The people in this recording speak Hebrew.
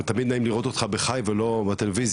ותמיד נעים לראות אותך בחי ולא בטלוויזיה,